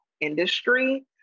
industry